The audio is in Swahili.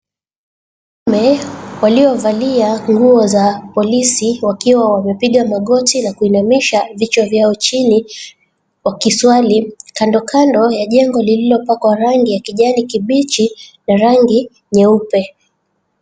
Wanaume waliovalia nguo za polisi, wakiwa wamepiga magoti na kuinamisha vichwa vyao chini wakiswali. Kando kando ya jengo lililopakwa rangi ya kijani kibichi ya rangi nyeupe.